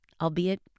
albeit